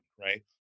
right